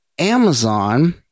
Amazon